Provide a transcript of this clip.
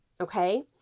okay